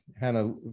Hannah